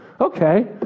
Okay